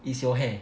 it's your hair